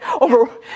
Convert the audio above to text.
over